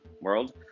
world